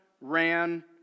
ran